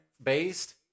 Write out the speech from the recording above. based